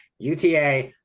UTA